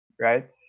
right